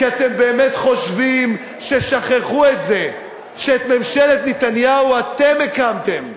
כי אתם באמת חושבים ששכחו את זה שאת ממשלת נתניהו אתם הקמתם.